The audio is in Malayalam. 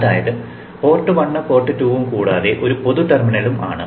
അതായത് പോർട്ട് 1 പോർട്ട് 2 ഉം കൂടാതെ ഒരു പൊതു ടെർമിനലും ആണ്